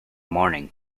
morning